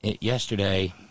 yesterday